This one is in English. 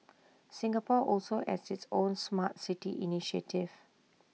Singapore also has its own Smart City initiative